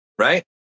Right